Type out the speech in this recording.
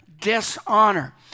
dishonor